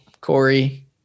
Corey